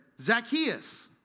Zacchaeus